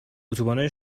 اتوبان